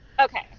Okay